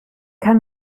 kann